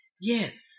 Yes